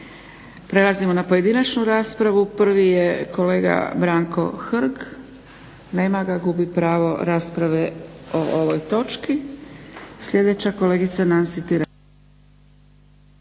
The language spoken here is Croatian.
Prelazimo na pojedinačnu raspravu. Prvi je kolega Branko Hrg. Nema ga. Gubi pravo rasprave o ovoj točki.